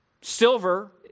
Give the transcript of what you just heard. Silver